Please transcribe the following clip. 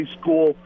school